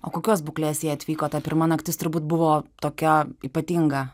o kokios būklės jie atvyko ta pirma naktis turbūt buvo tokia ypatinga